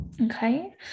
Okay